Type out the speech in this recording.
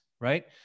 right